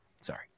sorry